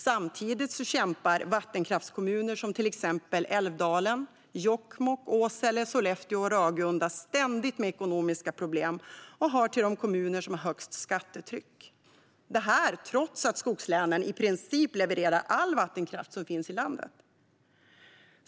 Samtidigt kämpar vattenkraftskommuner som Älvdalen, Jokkmokk, Åsele, Sollefteå och Ragunda ständigt med ekonomiska problem och hör till de kommuner som har högst skattetryck - detta trots att skogslänen levererar i princip all vattenkraft som finns i landet.